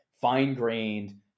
fine-grained